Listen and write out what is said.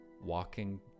walking